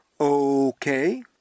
Okay